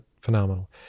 phenomenal